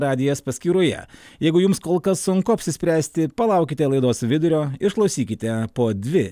radijas paskyroje jeigu jums kol kas sunku apsispręsti palaukite laidos vidurio išklausykite po dvi